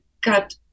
got